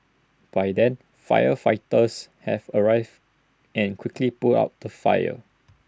by then firefighters have arrived and quickly put out the fire